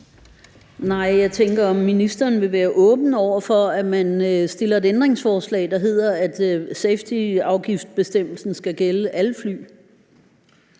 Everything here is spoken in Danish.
(EL): Jeg tænker, om ministeren vil være åben over for, at man stiller et ændringsforslag om, at safetyafgiftsbestemmelsen skal gælde alle fly.